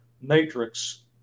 matrix